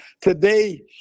today